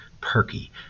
perky